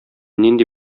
нинди